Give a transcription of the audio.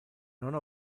non